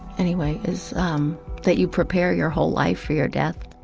anyway, is um that you prepare your whole life for your death